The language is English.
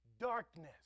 darkness